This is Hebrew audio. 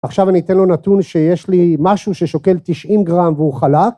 עכשיו אני אתן לו נתון שיש לי משהו ששוקל 90 גרם והוא חלק.